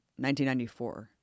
1994